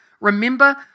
Remember